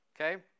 Okay